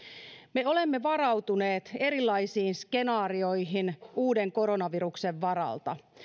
me olemme varautuneet erilaisiin skenaarioihin uuden koronaviruksen varalta